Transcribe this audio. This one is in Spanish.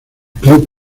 club